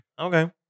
Okay